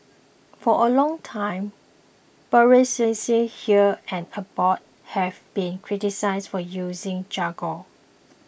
for a long time bureaucracies here and abroad have been criticised for using jargon